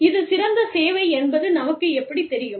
இது சிறந்த சேவை என்பது நமக்கு எப்படித் தெரியும்